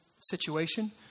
situation